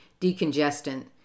decongestant